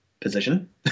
position